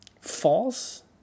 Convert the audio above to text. false